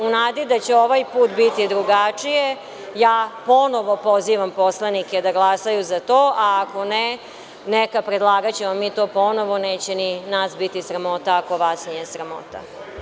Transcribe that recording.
U nadi da će ovaj put biti drugačije, ponovo pozivam poslanike da glasaju za to, a ako ne, neka predlagaćemo mi to ponovo, neće ni nas biti sramota ako vas već nije sramota.